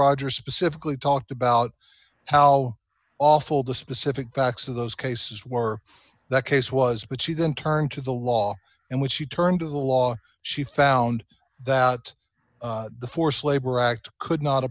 rogers specifically talked about how awful the specific facts of those cases were the case was but she then turned to the law and when she turned to the law she found that the forced labor act could not